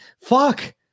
fuck